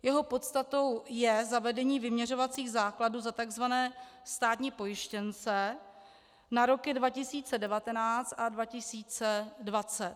Jeho podstatou je zavedení vyměřovacích základů za tzv. státní pojištěnce na roky 2019 a 2020.